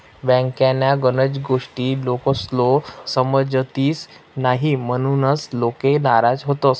बँकन्या गनच गोष्टी लोकेस्ले समजतीस न्हयी, म्हनीसन लोके नाराज व्हतंस